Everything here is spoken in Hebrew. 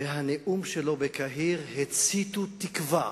והנאום שלו בקהיר הציתו תקווה